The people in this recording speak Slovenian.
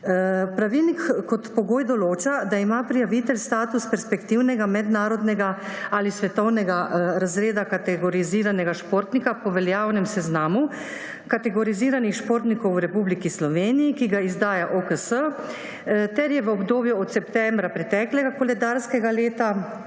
Pravilnik kot pogoj določa, da ima prijavitelj status perspektivnega mednarodnega ali svetovnega razreda kategoriziranega športnika po veljavnem Seznamu kategoriziranih športnikov v Republiki Sloveniji, ki ga izdaja OKS, ter je v obdobju od septembra preteklega koledarskega leta